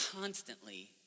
constantly